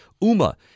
UMA